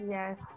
Yes